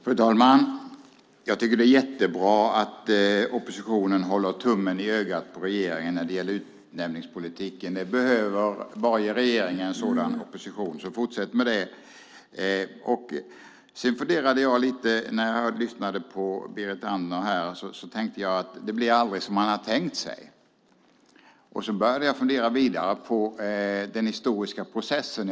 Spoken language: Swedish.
Fru talman! Jag tycker att det är jättebra att oppositionen håller tummen i ögat på regeringen när det gäller utnämningspolitiken. Varje regering behöver en sådan opposition. Så fortsätt med det! När jag lyssnade på Berit Andnor tänkte jag att det blir aldrig som man har tänkt sig. Jag funderade vidare på den historiska processen.